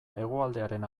hegoaldearen